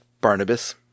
barnabas